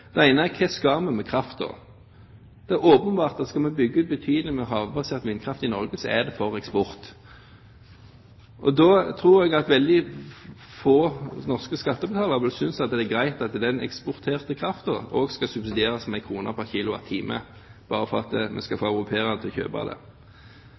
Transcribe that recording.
Da tror jeg at veldig få norske skattebetalere vil synes at det er greit at den eksporterte kraften også skal subsidieres med kroner pr. kWt bare for at vi skal